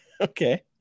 Okay